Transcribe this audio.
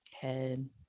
head